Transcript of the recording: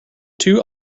two